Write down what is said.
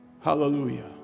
hallelujah